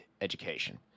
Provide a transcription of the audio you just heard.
education